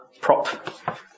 prop